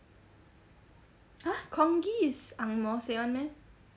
!huh! congee is angmoh say [one] meh